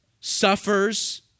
suffers